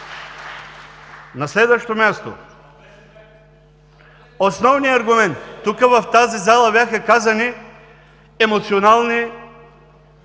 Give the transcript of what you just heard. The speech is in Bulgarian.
На следващо място, основният аргумент. В тази зала бяха казани емоционални